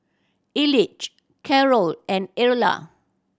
Elige Carrol and Erla